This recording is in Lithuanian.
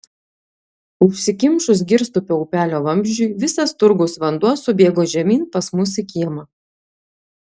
užsikimšus girstupio upelio vamzdžiui visas turgaus vanduo subėgo žemyn pas mus į kiemą